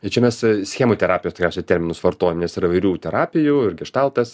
tai čia mes schemų terapijos tikriausiai terminus vartojam nes yra įvairių terapijų ir geštaltas